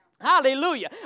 Hallelujah